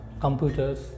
Computers